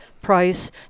Price